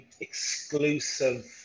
exclusive